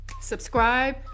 subscribe